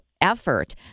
effort